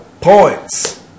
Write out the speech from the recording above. points